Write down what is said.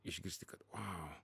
išgirsti kad vau